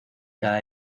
cada